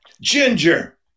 Ginger